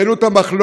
ראינו את המחלוקת,